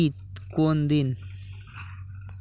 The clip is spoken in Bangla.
ঈদ কোন দিন